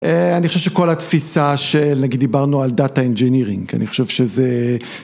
אהה.. אני חושב שכל התפיסה של, נגיד, דיברנו על Data Engineering, אני חושב שזה...